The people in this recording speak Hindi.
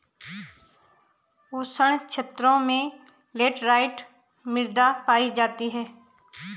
उष्ण क्षेत्रों में लैटराइट मृदा पायी जाती है